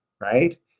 right